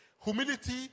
Humility